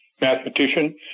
mathematician